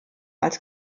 als